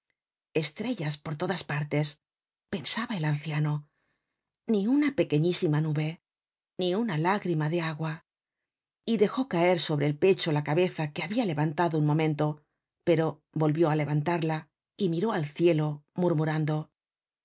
estrellas por todas partes pensaba el anciano ni una pequeñísima nube ni una lágrima de agua y dejó caer sobre el pecho la cabeza que habia levantado un momento pero volvió á levantarla y miró al cielo murmurando